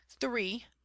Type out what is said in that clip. three